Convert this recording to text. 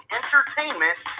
entertainment